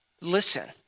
Listen